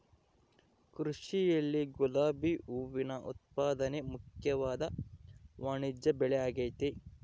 ಕೃಷಿಯಲ್ಲಿ ಗುಲಾಬಿ ಹೂವಿನ ಉತ್ಪಾದನೆ ಮುಖ್ಯವಾದ ವಾಣಿಜ್ಯಬೆಳೆಆಗೆತೆ